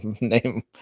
name